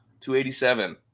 287